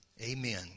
Amen